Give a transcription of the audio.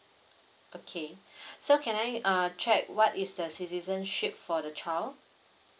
okay so can I uh check what is the citizenship for the child